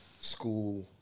school